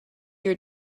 your